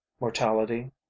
Mortality